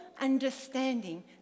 understanding